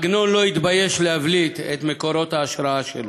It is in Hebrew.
עגנון לא התבייש להבליט את מקורות ההשראה שלו.